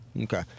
Okay